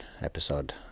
episode